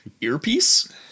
earpiece